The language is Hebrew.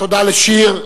תודה לשיר.